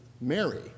Mary